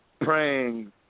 praying